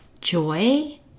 joy